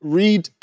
read